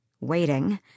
waiting